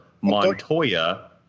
Montoya